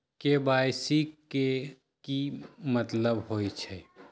KYC के कि मतलब होइछइ?